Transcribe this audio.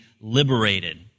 liberated